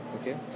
Okay